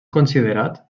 considerat